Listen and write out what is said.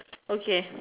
okay